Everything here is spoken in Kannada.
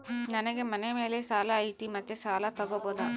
ನನಗೆ ಮನೆ ಮೇಲೆ ಸಾಲ ಐತಿ ಮತ್ತೆ ಸಾಲ ತಗಬೋದ?